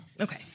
Okay